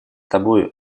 тобою